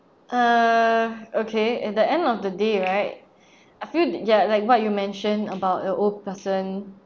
err okay at the end of the day right I feel ya like what you mentioned about the old person